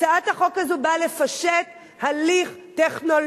הצעת החוק הזאת באה לפשט הליך טכנולוגי,